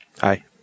Hi